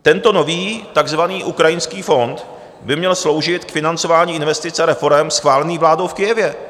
Tento nový takzvaný ukrajinský fond by měl sloužit k financování investic a reforem schválených vládou v Kyjevě.